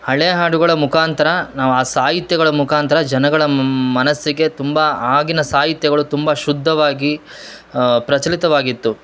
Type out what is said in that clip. ಹಳೆ ಹಾಡುಗಳ ಮುಖಾಂತರ ನಾವು ಆ ಸಾಹಿತ್ಯಗಳ ಮುಖಾಂತರ ಜನಗಳ ಮನಸ್ಸಿಗೆ ತುಂಬಾ ಆಗಿನ ಸಾಹಿತ್ಯಗಳು ತುಂಬಾ ಶುದ್ಧವಾಗಿ ಪ್ರಚಲಿತವಾಗಿತ್ತು